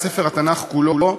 את ספר התנ"ך כולו.